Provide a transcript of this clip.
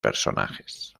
personajes